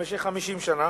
במשך 50 שנה,